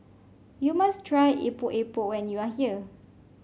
you must try Epok Epok when you are here